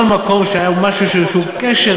כל מקום שהיה לו איזה קשר,